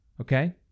Okay